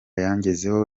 yangezeho